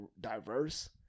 diverse